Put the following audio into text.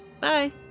Bye